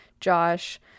josh